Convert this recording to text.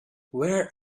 where